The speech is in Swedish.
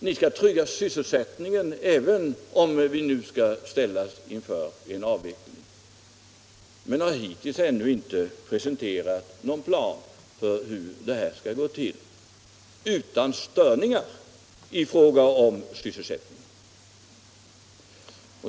Ni skall trygga sysselsättningen, även om vi nu skall ställas inför en avveckling, men ni har hittills inte presenterat någon plan för hur det skall gå till utan störningar i fråga om sysselsättningen.